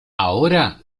ahora